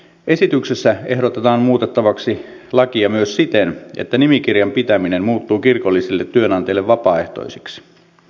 esityksessä ehdotetaan muutettavaksi lakia myös siten että nimikirjan pitäminen muuttuu kirkolliselle työnantajalle vapaaehtoiseksi